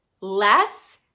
Less